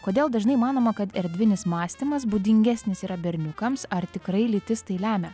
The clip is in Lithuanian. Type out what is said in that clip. kodėl dažnai manoma kad erdvinis mąstymas būdingesnis yra berniukams ar tikrai lytis tai lemia